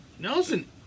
Nelson